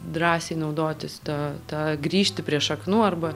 drąsiai naudotis ta ta grįžti prie šaknų arba